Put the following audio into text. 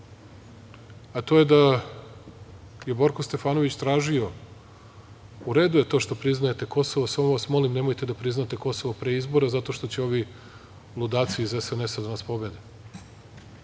a to je da je Borko Stefanović tražio, u redu je to što priznajete Kosovo, samo vas molim nemojte da priznate Kosovo pre izbora, zato što će ovi ludaci iz SNS, da nas pobede. Dakle,